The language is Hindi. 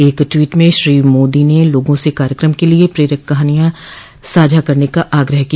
एकट्वीट में श्री मोदी ने लोगों से कार्यक्रम के लिए प्रेरक कहानियां साझा करने का आग्रह किया